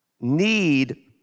need